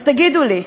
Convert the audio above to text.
אז תגידו לי,